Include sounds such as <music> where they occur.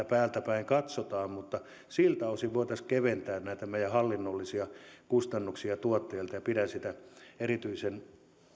<unintelligible> päältäpäin katsotaan mutta siltä osin voitaisiin keventää näitä meidän hallinnollisia kustannuksia tuottajilta ja pidän sitä erityisen